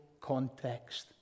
context